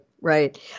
Right